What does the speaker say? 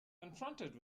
confronted